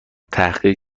تحقیق